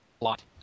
lot